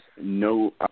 no